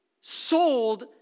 sold